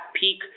peak